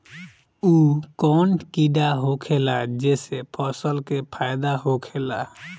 उ कौन कीड़ा होखेला जेसे फसल के फ़ायदा होखे ला?